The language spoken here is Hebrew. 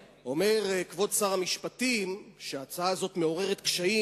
כבוד שר המשפטים שההצעה הזאת מעוררת קשיים.